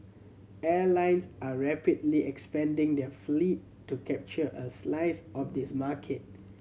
airlines are rapidly expanding their fleet to capture a slice of this market